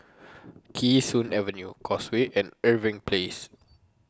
Kee Sun Avenue Causeway and Irving Place